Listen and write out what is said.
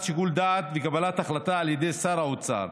שיקול דעת וקבלת החלטה על ידי שר האוצר,